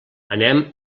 anem